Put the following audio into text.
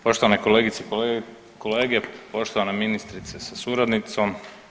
Poštovani kolegice i kolege, poštovana ministrice sa suradnicom.